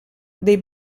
dei